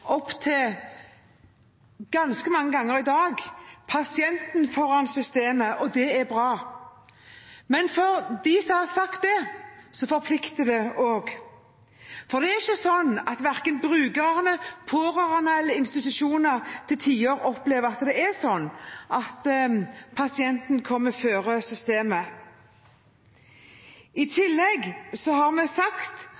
opp en annen sak. Det har vært sagt av mange, og av flere i denne salen ganske mange ganger i dag: pasienten foran systemet. Det er bra. Men for dem som har sagt det, forplikter det også, for til tider er det ikke slik at brukerne, pårørende eller institusjoner opplever at pasienten kommer foran systemet. I